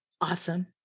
Awesome